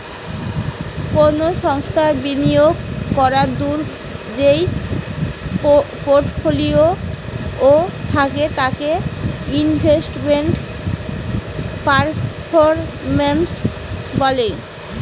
কোনো সংস্থার বিনিয়োগ করাদূঢ় যেই পোর্টফোলিও থাকে তাকে ইনভেস্টমেন্ট পারফরম্যান্স বলে